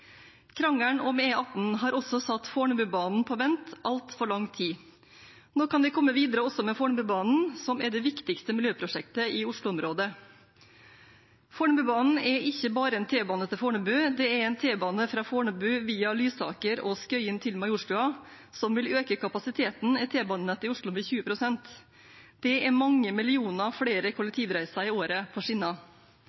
Krangelen om E18 har også satt Fornebubanen på vent i altfor lang tid. Nå kan vi komme videre også med Fornebubanen, som er det viktigste miljøprosjektet i Oslo-området. Fornebubanen er ikke bare en T-bane til Fornebu, det er en T-bane fra Fornebu via Lysaker og Skøyen til Majorstuen, som vil øke kapasiteten i T-banenettet i Oslo med 20 pst. Det er mange millioner flere